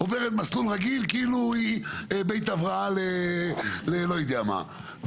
עוברות מסלול רגיל כאילו היא בית הבראה ללא יודע מה.